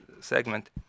segment